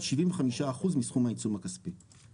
75% מסכום העיצום הכספי (סוף קריאה).